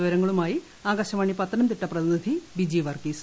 വിവരങ്ങളുമായി ആകാശവാണി പത്തനംതിട്ട പ്രതിനിധി ബിജി വർഗീസ്